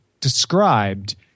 described